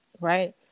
Right